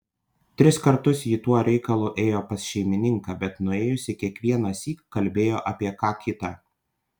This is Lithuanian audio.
tris kartus ji tuo reikalu ėjo pas šeimininką bet nuėjusi kiekvienąsyk kalbėjo apie ką kita